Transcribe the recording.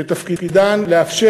שתפקידם לאפשר,